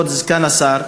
כבוד סגן השר,